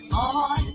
on